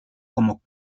como